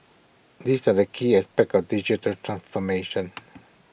these are the key aspects of digital transformation